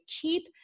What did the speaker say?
keep